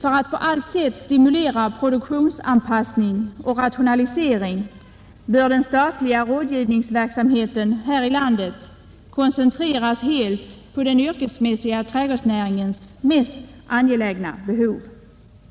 För att på allt sätt stimulera produktionsanpassning och rationalisering bör den statliga rådgivningsverksamheten här i landet koncentreras helt på den yrkesmässiga trädgårdsnäringens mest angelägna behov.